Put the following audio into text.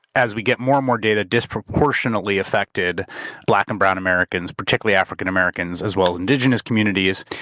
as we get more and more data, disproportionately affected black and brown americans, particularly african americans, as well as indigenous communities.